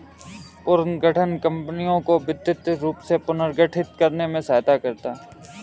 पुनर्गठन कंपनियों को वित्तीय रूप से पुनर्गठित करने में सहायता करता हैं